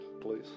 please